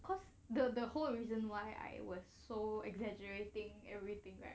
cause the the whole reason why I was so exaggerating everything right